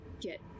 get